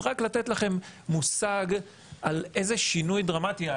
אז רק לתת לכם מושג על איזה שינוי דרמטי.